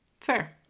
fair